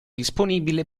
disponibile